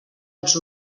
els